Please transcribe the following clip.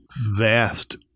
vast